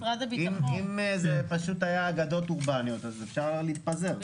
אם זה פשוט היה אגדות אורבניות אז אפשר להתפזר.